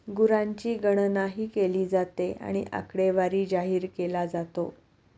गुरांची गणनाही केली जाते आणि आकडेवारी जाहीर केला जातो